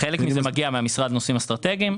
חלק מזה מגיע מהמשרד לנושאים אסטרטגיים,